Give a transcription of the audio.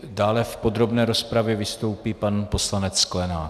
Dále v podrobné rozpravě vystoupí pan poslanec Sklenák.